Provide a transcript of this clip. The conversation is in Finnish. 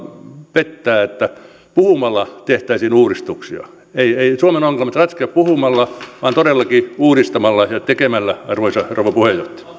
pettää että puhumalla tehtäisiin uudistuksia eivät suomen ongelmat ratkea puhumalla vaan todellakin uudistamalla ja tekemällä arvoisa rouva